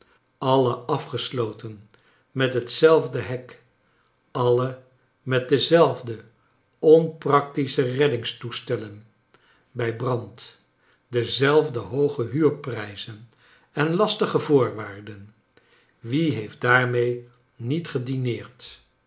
alle afgesloten met hetzelfde hek alle met dezelfde onpractische reddingstoestellen bij brand dezelfde hooge huurprijzen en lastige voorwaarden wie heeft daarmee niet gedineerd